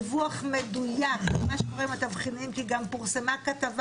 דיווח מדויק על מה שקורה עם התבחינים כי גם פורסמה כתבה